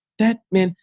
that men,